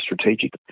strategic